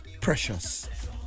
Precious